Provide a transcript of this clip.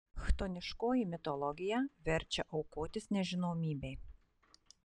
chtoniškoji mitologija verčia aukotis nežinomybei